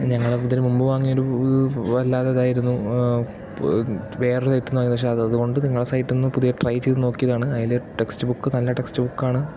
ഞങ്ങൾ ഇതിന് മുമ്പ് വാങ്ങിയൊരു വല്ലാതെ ഇതായിരുന്നു വേറൊരു സൈറ്റിൽ നിന്ന് ഏകദേശം അതുകൊണ്ട് നിങ്ങളെ സൈറ്റിൽ നിന്ന് പുതിയ ട്രൈ ചെയ്തു നോക്കിയതാണ് അതിൽ ടെക്സ്റ്റ് ബുക്ക് നല്ല ടെക്സ്റ്റ് ബുക്കാണ്